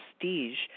prestige